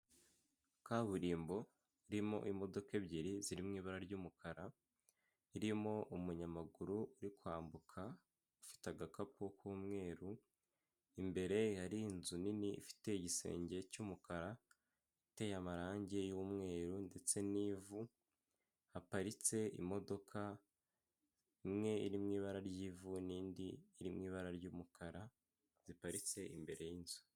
Kaburimbo irimo imodoka ebyiri ziri mu ibara ry'umukara, irimo umunyamaguru uri kwambuka afite agakapu k'umweru, imbere hari inzu nini ifite igisenge cy'umukara iteye amarange y'umweru ndetse n'ivu, haparitse imodoka imwe iri mu ibara ry'ivu n'indi iri mu ibara ry'umukara ziparitse imbere y'inzu.